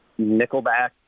Nickelback